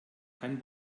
kein